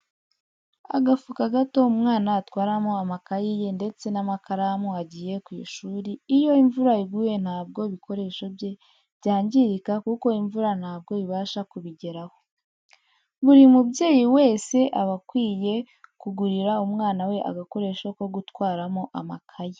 Agafuka gato umwana atwaramo amakayi ye ndese n'amakaramu agiye ku ishuri, iyo imvura iguye ntabwo ibikoresho bye byangirika kuko imvura ntabwo ibasha kubigeraho. Buri mubyeyi wese aba akwiye kugurira umwana we agakoresho ko gutwaramo amakaye.